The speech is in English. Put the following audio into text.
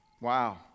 Wow